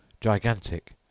gigantic